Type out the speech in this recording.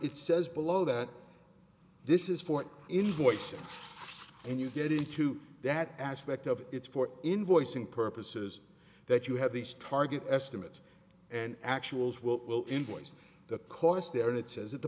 it says below that this is for invoices and you get into that aspect of it's for invoicing purposes that you have these target estimates and actual as well invoice the cost there and it says at the